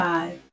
Five